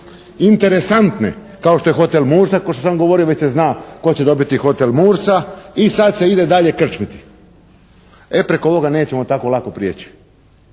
interesantne kao što je Hotel "Mursa" kao što sam govorio, već se zna tko će dobiti Hotel "Mursa". I sad se ide dalje krčmiti. E, preko ovoga nećemo tako lako prijeći.